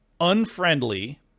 unfriendly